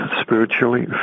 spiritually